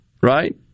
right